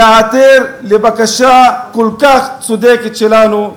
להיעתר לבקשה הכל-כך צודקת שלנו.